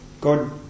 God